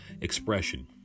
expression